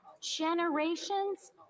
generations